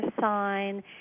sign